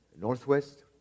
Northwest